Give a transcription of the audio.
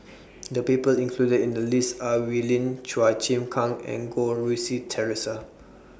The People included in The list Are Wee Lin Chua Chim Kang and Goh Rui Si Theresa